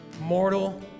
mortal